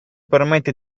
permette